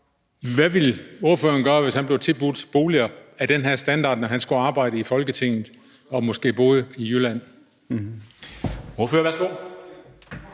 Hvad ville ordføreren gøre, hvis han blev tilbudt boliger af den her standard, når han skulle arbejde i Folketinget og måske boede i Jylland? Kl. 14:30 Formanden